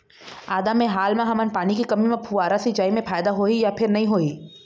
आदा मे हाल मा हमन पानी के कमी म फुब्बारा सिचाई मे फायदा होही या फिर नई होही?